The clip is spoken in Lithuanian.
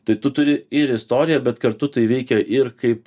tai tu turi ir istoriją bet kartu tai veikia ir kaip